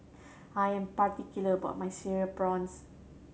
I am particular about my Cereal Prawns